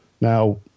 Now